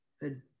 good